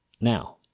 Now